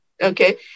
Okay